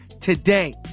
today